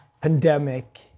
pandemic